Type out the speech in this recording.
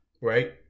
right